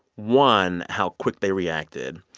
one, how quick they reacted,